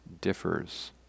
differs